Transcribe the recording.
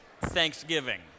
Thanksgiving